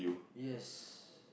yes